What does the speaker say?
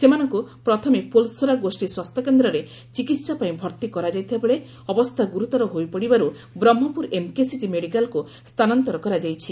ସେମାନଙ୍କୁ ପ୍ରଥମେ ପୋଲସରା ଗୋଷୀ ସ୍ୱାସ୍ଚ୍ୟକେନ୍ଦ୍ରରେ ଚିକିହା ପାଇଁ ଭର୍ତି କରାଯାଇଥିବା ବେଳେ ଅବସ୍ଥା ଗୁରୁତର ହୋଇପଡ଼ିବାରୁ ବ୍ରହ୍କପୁର ଏମ୍କେସିଜି ମେଡ଼ିକାଲକୁ ସ୍ଥାନାନ୍ତର କରାଯାଇଥିଲା